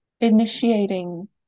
initiating